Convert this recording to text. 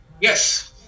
Yes